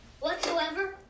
Whatsoever